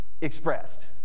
expressed